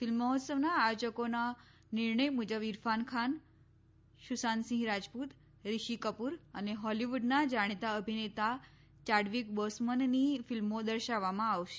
film મહોત્સવના આયોજકોના નિર્ણય મુજબ ઇરફાન ખાન સુશાંતસિંહ રાજપૂત રીશી કપૂર અને હોલીવૂડના જાણીતા અભિનેતા યાડવીક બોસમનની ફિલ્મો દર્શાવવામાં આવશે